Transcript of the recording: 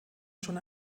schon